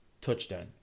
Touchdown